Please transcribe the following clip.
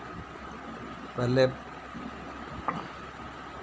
पैह्ले